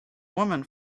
woman